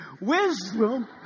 wisdom